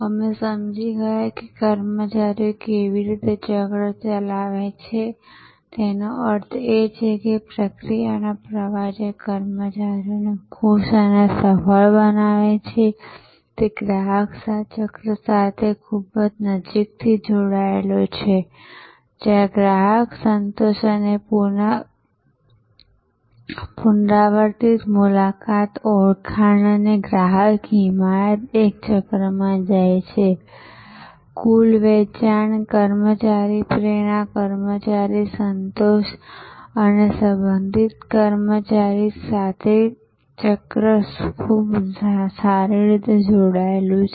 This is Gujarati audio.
અમે સમજી ગયા કે કર્મચારીઓ કેવી રીતે ચક્ર ચલાવે છે તેનો અર્થ એ છે કે પ્રક્રિયાનો પ્રવાહ જે કર્મચારીને ખુશ અને સફળ બનાવે છે તે ગ્રાહક ચક્ર સાથે ખૂબ નજીકથી જોડાયેલો છે જ્યાં ગ્રાહક સંતોષ અને પુનરાવર્તિત મુલાકાત ઓળખાણ અને ગ્રાહક હિમાયત એક ચક્રમાં જાય છે કુલ વેચાણ કર્મચારી પ્રેરણા કર્મચારી સંતોષ અને સંબંધિત કર્મચારી ચક્ર સાથે ખૂબ સારી રીતે જોડાયેલું છે